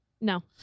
No